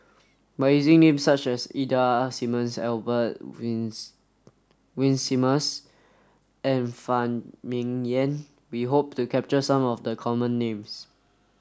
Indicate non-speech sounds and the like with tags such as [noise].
by using names such as Ida Simmons Albert [unintelligible] Winsemius and Phan Ming Yen we hope to capture some of the common names